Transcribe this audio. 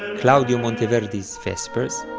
claudio monteverdi's vespers,